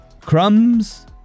Crumbs